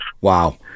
Wow